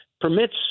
permits